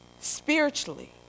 Spiritually